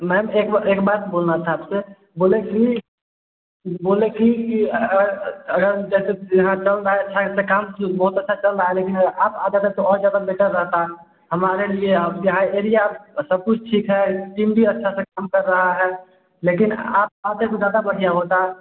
ma'am एक ब एक बात बोलना था आप से बोलें कि बोलें कि अगर जैसे यहाँ चल रहा है अच्छा ऐसा काम कि बहुत अच्छा चल रहा है लेकिन आप आ जाते तो और ज़्यादा बेटर रहता हमारे लिए आप चाहें एरिया आप अब सब कुछ ठीक है टीम भी अच्छे से काम कर रही है लेकिन आप आते तो ज़्यादा बढ़िया होता